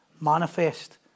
manifest